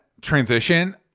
transition